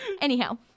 anyhow